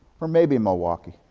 or maybe milwaukee?